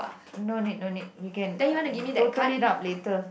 no need no need we can uh total it up later